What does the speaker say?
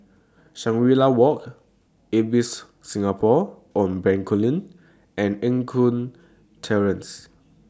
Shangri La Walk Ibis Singapore on Bencoolen and Eng Kong Terrace